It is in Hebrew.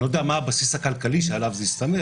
אני לא יודע מה הבסיס הכלכלי שעליו זה הסתמך.